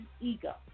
ego